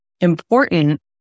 important